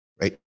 right